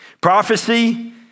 Prophecy